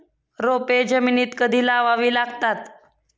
रोपे जमिनीत कधी लावावी लागतात?